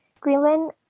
Greenland